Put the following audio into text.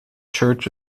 church